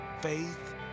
Faith